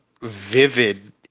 vivid